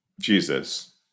Jesus